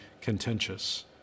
contentious